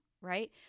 right